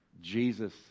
Jesus